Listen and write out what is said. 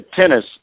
tennis